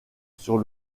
sur